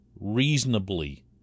reasonably